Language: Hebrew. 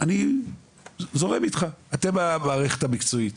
אני זורם איתך, אתם המערכת המקצועית.